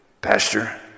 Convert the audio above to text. Pastor